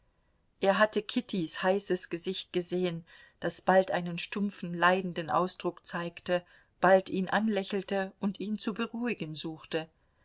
er hatte kittys heißes gesicht gesehen das bald einen stumpfen leidenden ausdruck zeigte bald ihn anlächelte und ihn zu beruhigen suchte